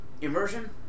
immersion